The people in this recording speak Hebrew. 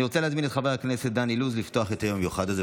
אני רוצה להזמין את חבר הכנסת דן אילוז לפתוח את היום המיוחד הזה,